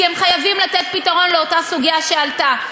כי הם חייבים לתת פתרון לאותה סוגיה שעלתה,